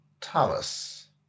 Thomas